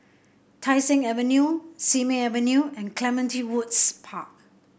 Tai Seng Avenue Simei Avenue and Clementi Woods Park